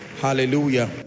hallelujah